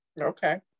Okay